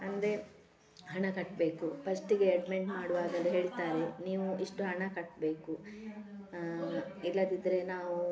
ಅಂದರೆ ಹಣ ಕಟ್ಟಬೇಕು ಫಸ್ಟಿಗೆ ಅಡ್ಮಿಂಟ್ ಮಾಡುವಾಗೆಲ್ಲ ಹೇಳ್ತಾರೆ ನೀವು ಇಷ್ಟು ಹಣ ಕಟ್ಟಬೇಕು ಇಲ್ಲದಿದ್ದರೆ ನಾವು